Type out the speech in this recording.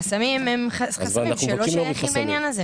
החסמים הם חסמים שלא שייכים לעניין הזה.